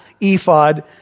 ephod